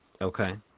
Okay